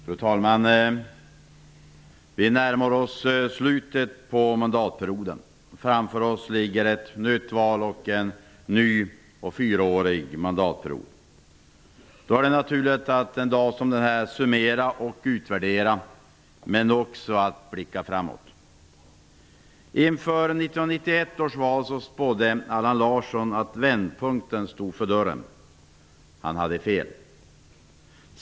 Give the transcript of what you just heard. Fru talman! Vi närmar oss slutet på mandatperioden. Framför oss ligger ett nytt val och en ny fyraårig mandatperiod. Därför är det naturligt att en dag som denna summera och utvärdera, men också att blicka framåt. Inför 1991 års val spådde Allan Larsson att vändpunkten stod för dörren. Han hade fel.